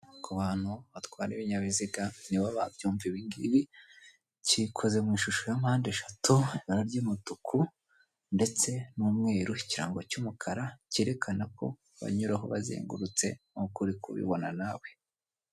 Ku bantu batwara ibinyabiziga nibo babyumva ibingibi, kikoze mw'ishusho ya mande eshatu ibara ry'umutuku ndetse n'umweru, ikirango cy'umukara kerekana ko banyuraho bazengurutse nkuko uri kubibona nawe.